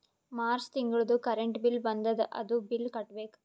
March ತಿಂಗಳದೂ current bill ಬಂದದ, ಅದೂ ಬಿಲ್ ಕಟ್ಟಬೇಕ್